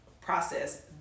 process